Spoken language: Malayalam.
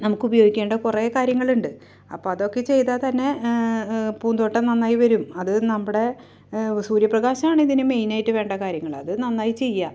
നമുക്ക് ഉപയോഗിക്കേണ്ട കുറേകാര്യങ്ങളുണ്ട് അപ്പോള് അതൊക്കെ ചെയ്താല്ത്തന്നെ പൂന്തോട്ടം നന്നായിവരും അത് നമ്മുടെ സൂര്യപ്രകാശം ആണ് ഇതിന് മെയിനായിട്ട് വേണ്ട കാര്യങ്ങള് അത് നന്നായി ചെയ്യുക